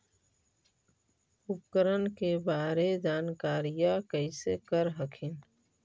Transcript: उपकरण के बारे जानकारीया कैसे कर हखिन?